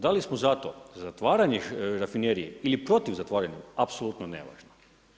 Da li smo zato za zatvaranje rafinerije ili protiv zatvaranja, apsolutno nevažno.